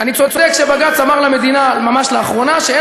אני צודק שבג"ץ אמר למדינה ממש לאחרונה שאין